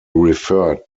referred